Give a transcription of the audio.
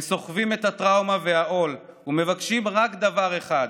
הם סוחבים את הטראומה והעול ומבקשים רק דבר אחד: